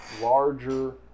larger